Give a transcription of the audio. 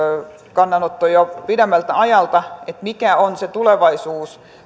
kannanotto jo pidemmältä ajalta mikä on se tulevaisuus